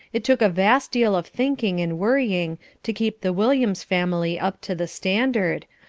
it took a vast deal of thinking and worrying to keep the williams family up to the standard,